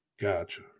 Gotcha